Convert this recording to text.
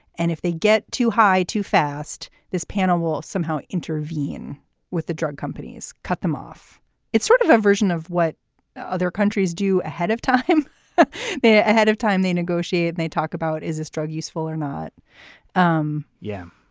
and if they get too high too fast this panel will somehow intervene with the drug companies cut them off it's sort of a version of what other countries do ahead of time ahead of time they negotiate and they talk about is this drug useful or not um yeah.